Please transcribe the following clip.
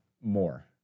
more